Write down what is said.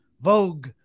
Vogue